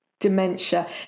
dementia